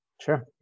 Sure